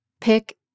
pick